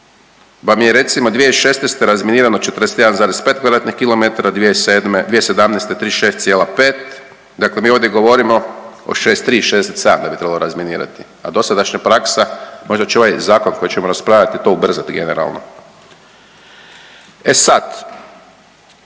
vam je recimo 2016. razminirano 41,5 kvadratnih kilometara, 2017. 36,5 dakle mi ovdje govorimo o 63, 67 da bi trebalo razminirati, a dosadašnja praksa, možda će ovaj zakon koji ćemo raspraviti to ubrzati generalno. E sad,